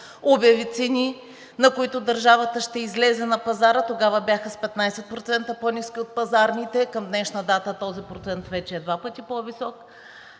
Обяви цени, на които държавата ще излезе на пазара – тогава бяха с 15% по-ниски от пазарните, към днешна дата този процент вече е два пъти по-висок.